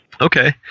Okay